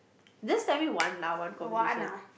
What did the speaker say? just tell me one lah one conversation